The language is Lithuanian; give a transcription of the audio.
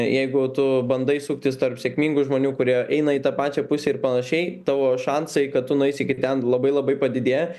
jeigu tu bandai suktis tarp sėkmingų žmonių kurie eina į tą pačią pusę ir panašiai tavo šansai kad tu nueisi iki ten labai labai padidėja